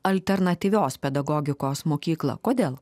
alternatyvios pedagogikos mokyklą kodėl